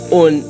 on